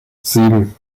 sieben